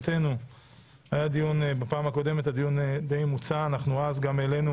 היה דיון בפעם הקודמת שדי מוצה ובו העלינו